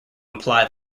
imply